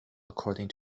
according